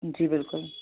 जी बिल्कुल